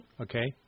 Okay